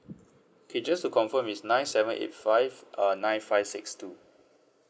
okay just to confirm is nine seven eight five uh nine five six two